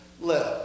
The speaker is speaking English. live